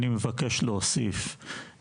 אני מבקש להוסיף,